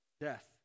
death